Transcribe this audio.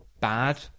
bad